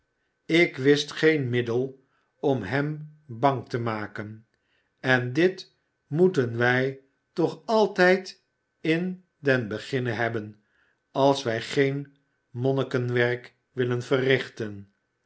ik wist geen middel om hem bang te maken en dit moeten wij toch altijd in den beginne hebben als wij geen monnikenwerk willen verrichten